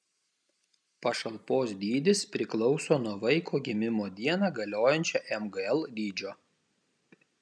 pašalpos dydis priklauso nuo vaiko gimimo dieną galiojančio mgl dydžio